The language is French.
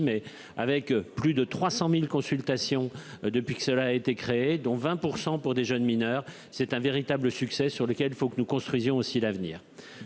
mais avec plus de 300.000 consultations depuis que cela a été créée, dont 20% pour des jeunes mineurs. C'est un véritable succès sur lequel il faut que nous construisions aussi l'avenir.